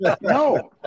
No